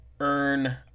earn